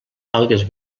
algues